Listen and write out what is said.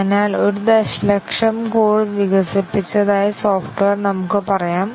അതിനാൽ ഒരു ദശലക്ഷം കോഡ് വികസിപ്പിച്ചതായി സോഫ്റ്റ്വെയർ നമുക്ക് പറയാം